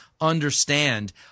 understand